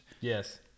Yes